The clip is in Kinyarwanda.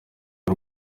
w’u